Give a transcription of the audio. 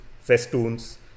festoons